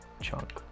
chunk